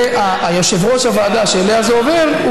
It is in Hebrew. יושב-ראש הוועדה שאליה זה עובר,